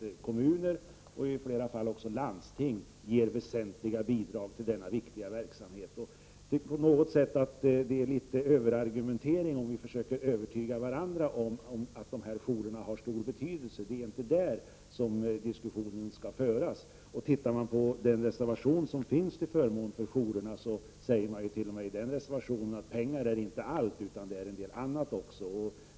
Kommuner och i flera fall även landsting ger också bidrag till denna viktiga verksamhet. På något sätt är det litet av överargumentering om vi försöker övertyga varandra om att dessa jourer har stor betydelse. Det är om detta som diskussionen skall föras. Om man studerar den reservation till förmån för jourer som finns i betänkandet, finner man att det t.o.m. i den reservationen sägs att pengar inte är allt. Det behövs en del annat stöd också.